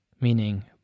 meaning